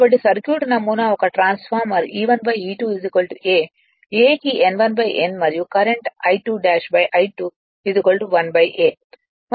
కాబట్టి సర్క్యూట్ నమూనా ఒక transformer E1 E2 a a కి N1 N మరియు కరెంట్ I2 ' I2 1 a